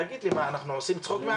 תגיד לי, אנחנו עושים צחוק מהעבודה?